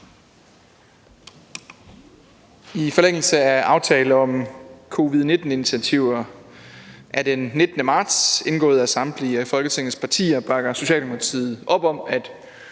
I forlængelse af aftale om covid-19-initiativer af 19. marts indgået af samtlige af Folketingets partier bakker Socialdemokratiet op om, at